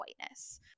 whiteness